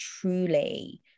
truly